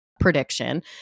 Prediction